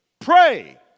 Pray